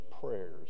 prayers